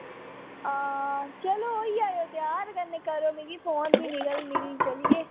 आं चलो होई जाने त्यार कन्नै करो मिगी फोन ते चलियै